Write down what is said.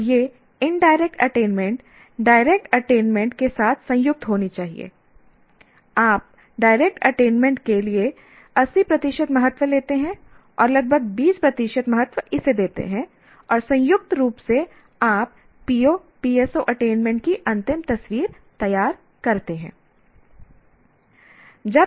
और यह indirect attainment direct attainment के साथ संयुक्त होनी चाहिए आप डायरेक्ट अटेनमेंट के लिए 80 प्रतिशत महत्व लेते हैं और लगभग 20 प्रतिशत महत्व इसे देते हैं और संयुक्त रूप से आप PO PSO अटेनमेंट की अंतिम तस्वीर तैयार करते हैं